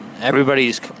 everybody's